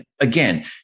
again